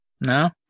no